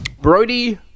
Brody